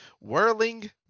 whirling